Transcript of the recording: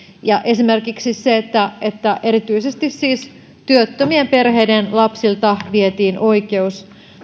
esimerkiksi sitä että erityisesti työttömien perheiden lapsilta vietiin oikeus